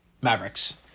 Mavericks